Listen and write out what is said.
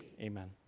Amen